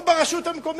ואם זה ברשות המקומית,